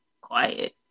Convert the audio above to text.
quiet